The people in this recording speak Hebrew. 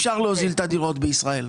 אפשר להוזיל את הדירות בישראל.